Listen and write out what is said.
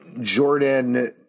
Jordan